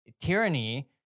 tyranny